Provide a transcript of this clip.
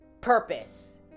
purpose